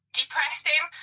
depressing